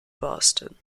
boston